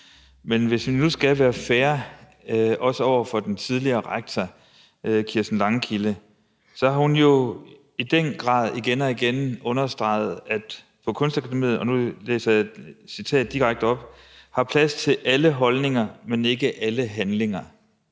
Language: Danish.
Men hvis vi nu skal være fair, også over for den tidligere rektor, Kirsten Langkilde, så har hun jo i den grad igen og igen understreget, at Kunstakademiet – og nu læser jeg direkte et citat op: Har plads til alle holdninger, men ikke alle handlinger.